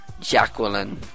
Jacqueline